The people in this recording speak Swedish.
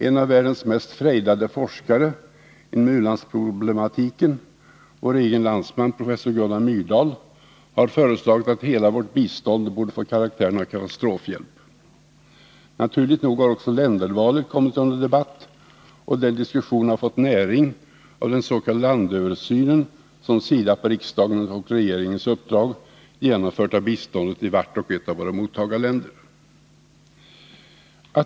En av världens mest frejdade forskare inom u-landsproblematiken, vår egen landsman professor Gunnar Myrdal, har föreslagit att hela vårt bistånd skulle få karaktären av katastrofhjälp. Naturligt nog har också ländervalet kommit under debatt, och den diskussionen har fått näring av den s.k. landöversyn som SIDA på riksdagens och regeringens uppdrag genomfört av biståndet i vart och ett av våra mottagarländer.